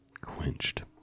quenched